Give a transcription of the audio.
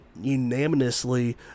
unanimously